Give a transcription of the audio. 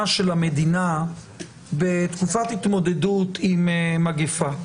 של המדינה בתקופת התמודדות עם מגפה.